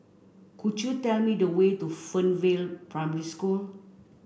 could you tell me the way to Fernvale Primary School